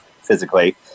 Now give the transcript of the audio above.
physically